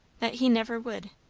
that he never would.